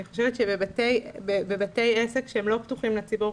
אני חושבת שבבתי עסק שהם לא פתוחים לציבור,